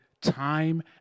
time